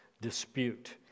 dispute